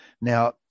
Now